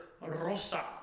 Rosa